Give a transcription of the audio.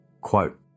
Quote